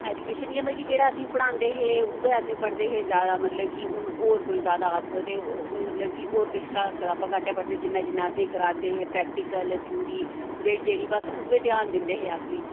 education इ'यां मतलब कि जेह्ड़ा असेंई पढ़ांदे हे उ'यै असें पढ़दे हे जादा मतलब कि हून होर कोई जादा आक्खो ते ओह् मतलब कि होर केश कताबां घट्ट गै पढ़दे हे जिन्ना जिन्ना असेंई करांदे हे प्रैक्टिकल थ्यूरी जेह्ड़ी जेह्ड़ी बस उ'यै ध्यान दिंदे हे अस बी